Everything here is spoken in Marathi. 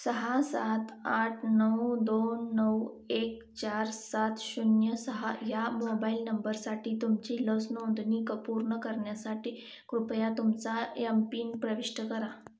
सहा सात आठ नऊ दोन नऊ एक चार सात शून्य सहा या मोबाईल नंबरसाठी तुमची लस नोंदणी पूर्ण करण्यासाठी कृपया तुमचा यम पिन प्रविष्ट करा